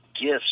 gifts